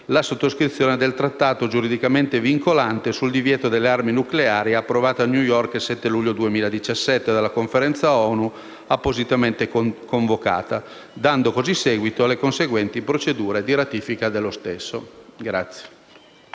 la sottoscrizione del Trattato giuridicamente vincolante sul divieto delle armi nucleari, approvato a New York il 7 luglio 2017 dalla Conferenza ONU appositamente convocata, dando così seguito alle conseguenti procedure di ratifica dello stesso.